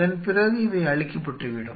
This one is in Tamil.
அதன்பிறகு இவை அழிக்கப்பட்டுவிடும்